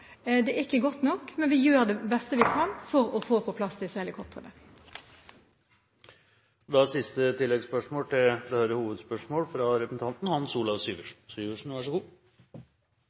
Det er ikke godt nok. Men vi gjør det beste vi kan for å få på plass disse helikoptrene. Hans Olav Syversen – til